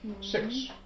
Six